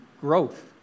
growth